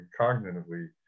cognitively